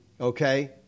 okay